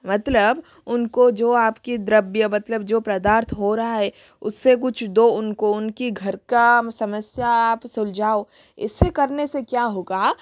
मतलब उनको जो आपकी द्रव्य मतलब जो पदार्थ हो रहा है उससे कुछ दो उनको उनकी घर का समस्या आप सुलझाओ ऐसे करने से क्या होगा